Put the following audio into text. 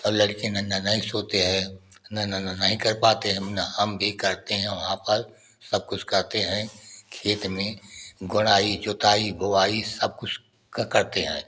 और लड़के नहीं सोते हैं नहीं कर पाते हैं ना हम भी करते हैं वहाँ पर सबकुछ करते हैं खेत में गोड़ाई जोताई बोआई सबकुछ करते हैं